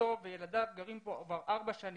שאשתו וילדיו כבר גרים פה ארבע שנים,